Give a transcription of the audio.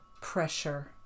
pressure